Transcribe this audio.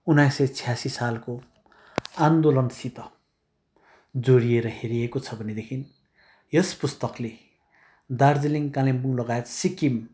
उन्नाइस सय छयासी सालको आन्दोलनसित जोडिएर हेरिएको छ भनेदेखि यस पुस्तकले दार्जिलिङ कालिम्पोङ लगायत सिक्किम